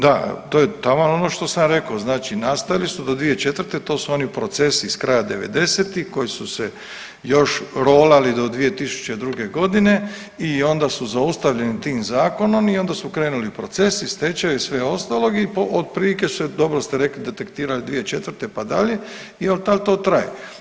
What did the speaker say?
Da, to je taman ono što sam rekao, znači nastali su do 2004., to su oni procesi iz kraja 90-ih koji su se još rolali do 2002. g. i onda su zaustavljeni tim zakonom i onda su krenuli procesi, stečaji, sve ostalog i otprilike se, dobro ste rekli detektira 2004. pa dalje i od tad to traje.